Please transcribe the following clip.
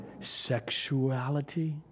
sexuality